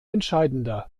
entscheidender